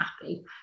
happy